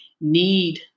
need